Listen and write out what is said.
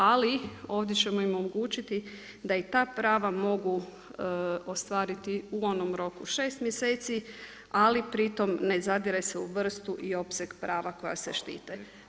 Ali ovdje ćemo im omogućiti da i ta prava mogu ostvariti u onom roku 6 mjeseci, ali pritom ne zadire se u vrstu i opseg prava koja se štite.